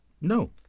No